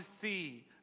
see